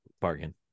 bargain